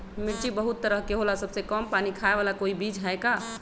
मिर्ची बहुत तरह के होला सबसे कम पानी खाए वाला कोई बीज है का?